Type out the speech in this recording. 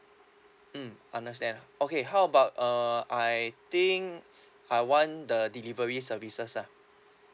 mm understand okay how about uh I think I want the delivery services ah